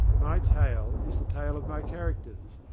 my tale is the tale of my characters,